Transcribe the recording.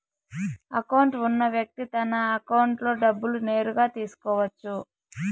account ఉన్న వ్యక్తి తన అకౌంట్లో డబ్బులు నేరుగా తీసుకోవచ్చు